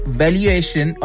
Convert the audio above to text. valuation